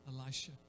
Elisha